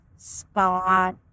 Spot